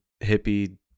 hippie